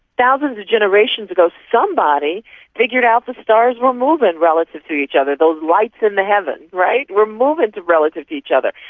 thousands of generations ago somebody figured out the stars were moving relative to each other, those lights and the heavens were moving relative to each other.